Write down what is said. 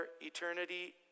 eternity